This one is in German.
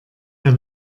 der